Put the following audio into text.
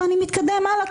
ואני מתקדם הלאה,